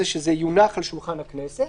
היא שזה יונח על שולחן הכנסת